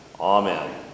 Amen